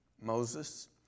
Moses